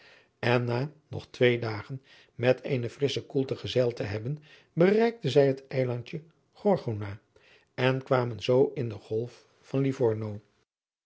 en na nog twee dagen met eene frissche koelte gezeild te hebben bereikten zij het eilandje gorgona en kwamen zoo in de golf van livorno